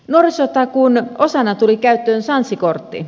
nuorisotakuun osana tuli käyttöön sanssi kortti